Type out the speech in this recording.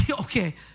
Okay